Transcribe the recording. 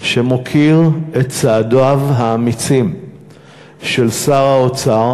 שמוקירים את צעדיו האמיצים של שר האוצר,